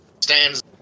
stands